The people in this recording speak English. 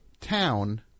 town